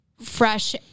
fresh